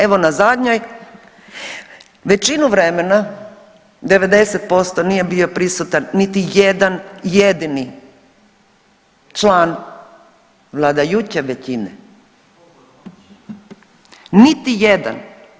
Evo na zadnjoj većinu vremena 90% nije bio prisutan niti jedan jedini član vladajuće većine, niti jedan.